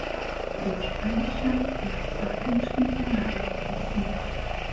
prieš alšią yra stakliškių mineralinė versmė